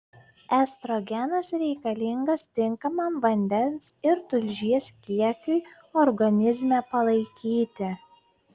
estrogenas reikalingas tinkamam vandens ir tulžies kiekiui organizme palaikyti